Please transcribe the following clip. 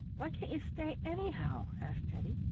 why can't you stay anyhow? asked teddy.